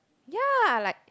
ya like